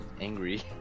angry